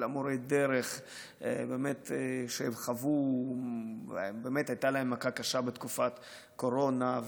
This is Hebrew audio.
כל מורי הדרך באמת חוו מכה קשה בתקופת הקורונה,